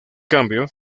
cambio